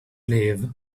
live